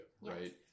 right